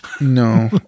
No